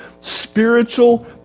spiritual